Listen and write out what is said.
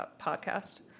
podcast